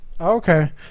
Okay